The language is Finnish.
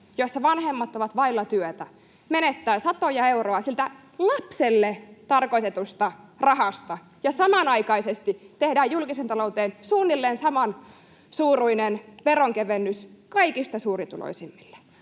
jossa vanhemmat ovat vailla työtä, menettää satoja euroja siitä lapselle tarkoitetusta rahasta ja samanaikaisesti tehdään julkiseen talouteen suunnilleen samansuuruinen veronkevennys kaikista suurituloisimmille,